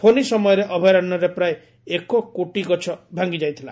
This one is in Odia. ଫୋନି ସମୟରେ ଅଭୟାରଣ୍ୟରେ ପ୍ରାୟ ଏକ କୋଟି ଗଛ ଭାଙି ଯାଇଥିଲା